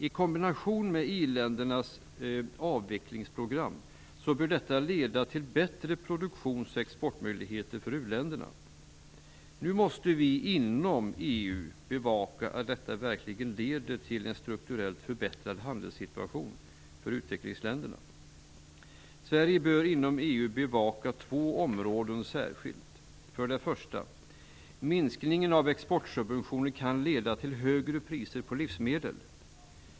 I kombination med i-ländernas avvecklingsprogram bör detta leda till bättre produktions och exportmöjligheter för uländerna. Nu måste vi inom EU bevaka att detta verkligen leder till en strukturellt förbättrad handelssituation för utvecklingsländerna. Sverige bör inom EU bevaka två områden särskilt: 1. Minskningen av exportsubventioner kan leda till högre priser på livsmedel.